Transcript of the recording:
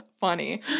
funny